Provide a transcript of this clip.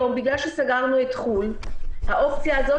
היום בגלל שסגרנו את חו"ל האופציה הזאת